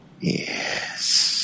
Yes